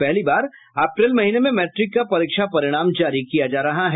पहली बार अप्रैल महीने में मैट्रिक का परीक्षा परिणाम जारी किया जा रहा है